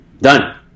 Done